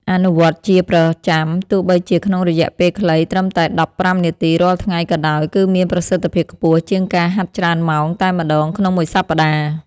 អនុវត្តជាប្រចាំទោះបីជាក្នុងរយៈពេលខ្លីត្រឹមតែដប់ប្រាំនាទីរាល់ថ្ងៃក៏ដោយ គឺមានប្រសិទ្ធភាពខ្ពស់ជាងការហាត់ច្រើនម៉ោងតែម្តងក្នុងមួយសប្តាហ៍។